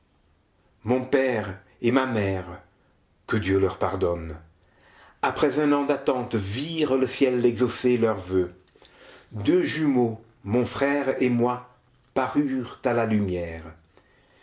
mon père et ma mère que dieu leur pardonne après un an d'attente virent le ciel exaucer leurs voeux deux jumeaux mon frère et moi parurent à la lumière